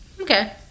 okay